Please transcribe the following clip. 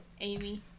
Amy